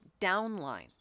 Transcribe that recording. downline